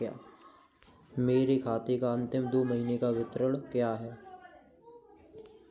मेरे खाते का अंतिम दो महीने का विवरण क्या है?